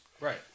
Right